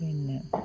പിന്നെ